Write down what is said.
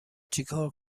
چیکار